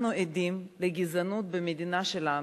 אנחנו עדים לגזענות במדינה שלנו,